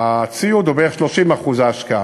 הציוד הוא בערך 30% מההשקעה.